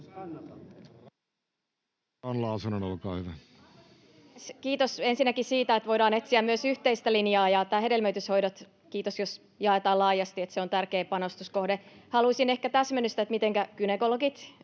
Kiitos ensinnäkin siitä, että voidaan etsiä myös yhteistä linjaa, ja kiitos, jos jaetaan laajasti, että hedelmöityshoidot ovat tärkeä panostuskohde. Haluaisin ehkä täsmennystä, että mitenkä gynekologit,